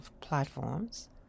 platforms